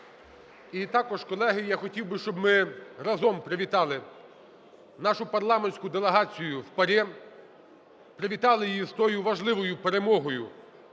І також, колеги, я хотів би, щоб ми разом привітали нашу парламентську делегацію в ПАРЄ, привітали її з тою важливою перемогою,